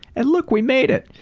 and look we made it!